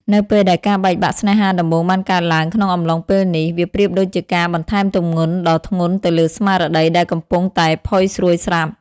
នៅពេលដែលការបែកបាក់ស្នេហាដំបូងបានកើតឡើងក្នុងអំឡុងពេលនេះ វាប្រៀបដូចជាការបន្ថែមទម្ងន់ដ៏ធ្ងន់ទៅលើស្មារតីដែលកំពុងតែផុយស្រួយស្រាប់។